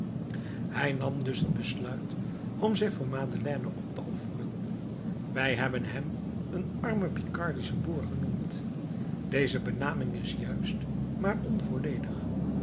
hij nam dus het besluit om zich voor madeleine op te offeren wij hebben hem een armen picardischen boer genoemd deze benaming is juist maar onvolledig